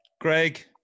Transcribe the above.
Greg